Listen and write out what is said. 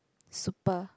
super